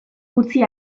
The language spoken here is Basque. utzi